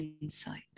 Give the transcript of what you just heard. insight